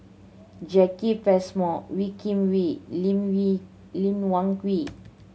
Jacki Passmore Wee Kim Wee Lee Lee Wung